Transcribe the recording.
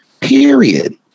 Period